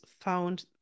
found